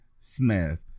Smith